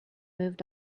moved